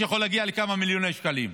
שיכול להגיע לכמה מיליוני שקלים.